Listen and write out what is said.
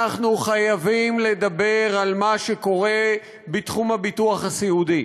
אנחנו חייבים לדבר על מה שקורה בתחום הביטוח הסיעודי,